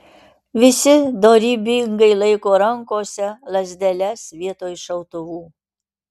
visi dorybingai laiko rankose lazdeles vietoj šautuvų